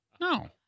No